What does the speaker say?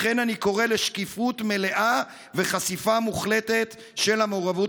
לכן אני קורא לשקיפות מלאה ולחשיפה מוחלטת של המעורבות